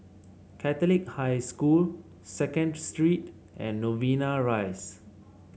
Catholic High School Second Street and Novena Rise